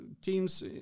teams